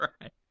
right